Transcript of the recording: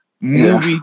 movie